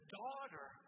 daughter